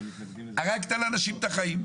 הרגת לאנשים את החיים.